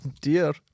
dear